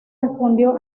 respondió